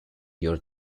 your